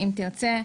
אם תרצה,